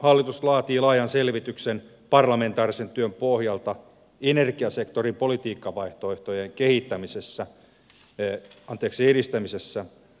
hallitus laatii laajan selvityksen parlamentaarisen työn pohjalta energiasektorin politiikkavaihtoehtojen edistämisessä